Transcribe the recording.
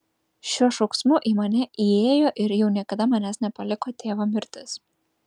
šiuo šauksmu į mane įėjo ir jau niekada manęs nepaliko tėvo mirtis